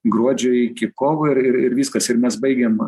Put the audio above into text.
gruodžio iki kovo ir ir ir viskas ir mes baigėm